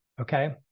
okay